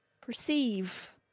Perceive